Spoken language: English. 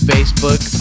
Facebook